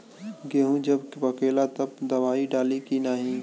गेहूँ जब पकेला तब दवाई डाली की नाही?